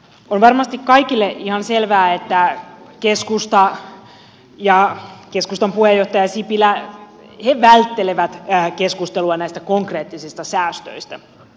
on varmasti kaikille ihan selvää että keskusta ja keskustan puheenjohtaja sipilä välttelevät keskustelua näistä konkreettisista säästöistä